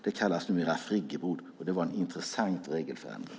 Det kallas numera friggebod, och det var en intressant regelförändring.